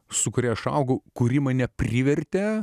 su kuria aš augau kuri mane privertė